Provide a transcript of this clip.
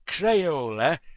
Crayola